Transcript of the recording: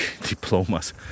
diplomas